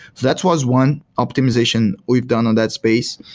that was one optimization we've done on that space.